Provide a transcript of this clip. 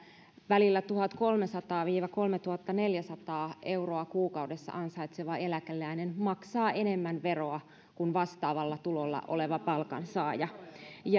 välillä tuhatkolmesataa viiva kolmetuhattaneljäsataa euroa kuukaudessa ansaitseva eläkeläinen maksaa enemmän veroa kuin vastaavalla tulolla oleva palkansaaja